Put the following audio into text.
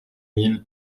mille